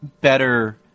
better